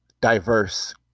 diverse